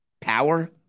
power